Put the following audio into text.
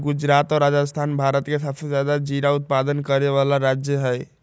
गुजरात और राजस्थान भारत के सबसे ज्यादा जीरा उत्पादन करे वाला राज्य हई